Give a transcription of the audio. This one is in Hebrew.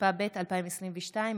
התשפ"ב 2022,